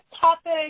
topic